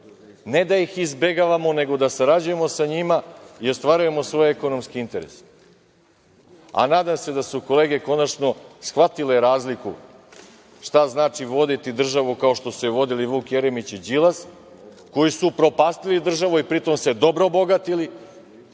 ne da ih izbegavamo, nego da sarađujemo sa njima i ostvarujemo svoje ekonomske interese. Nadam se da su kolege konačno shvatile razliku šta znači voditi državu kao što su je vodili Vuk Jeremić i Đilas, koji su upropastili državu i pri tom se dobro obogatili